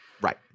Right